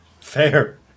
fair